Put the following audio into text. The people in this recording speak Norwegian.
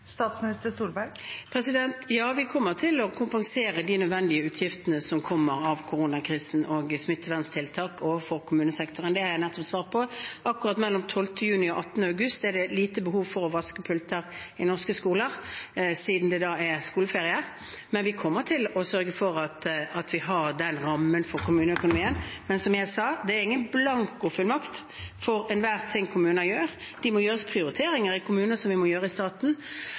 Ja, vi kommer til å kompensere kommunesektoren for de nødvendige utgiftene som kommer av koronakrisen og smitteverntiltak. Det har jeg nettopp svart på. Akkurat mellom 12. juni og 18. august er det lite behov for å vaske pulter i norske skoler, siden det da er skoleferie, men vi kommer til å sørge for at vi har den rammen for kommuneøkonomien. Men, som jeg sa, det er ingen blankofullmakt for enhver ting kommuner gjør. Det må gjøres prioriteringer i kommunene, slik man må i staten.